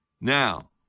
Now